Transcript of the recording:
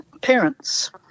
parents